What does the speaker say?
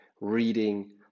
reading